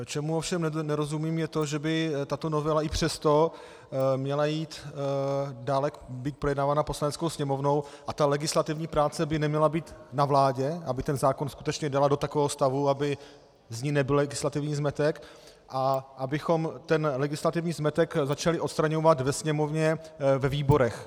Čemu ovšem nerozumím, je to, že by tato novela i přesto měla být dále projednávána Poslaneckou sněmovnou a ta legislativní práce by neměla být na vládě, aby ten zákon skutečně dala do takového stavu, aby z něj nebyl legislativní zmetek, a abychom ten legislativní zmetek začali odstraňovat ve Sněmovně, ve výborech.